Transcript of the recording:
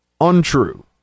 untrue